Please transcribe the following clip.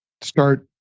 start